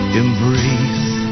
embrace